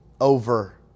over